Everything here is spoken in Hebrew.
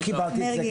מרגי, די.